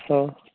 ହଁ